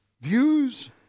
views